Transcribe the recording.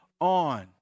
on